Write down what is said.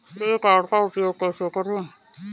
श्रेय कार्ड का उपयोग कैसे करें?